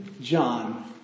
John